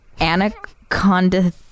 Anaconda